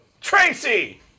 tracy